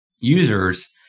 users